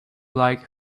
like